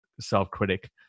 self-critic